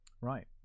right